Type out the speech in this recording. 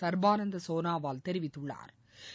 சள்பானந்தா சோனாவால் தெரிவித்துள்ளாா்